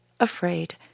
Afraid